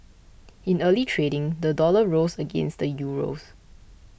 in early trading the dollar rose against the euros